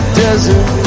desert